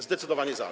Zdecydowanie za.